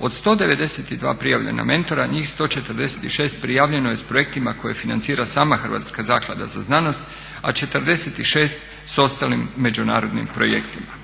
Od 192 prijavljena mentora njih 146 prijavljeno je s projektima koje financira sama Hrvatska zaklada za znanost, a 46 s ostalim međunarodnim projektima.